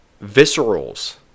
Visceral's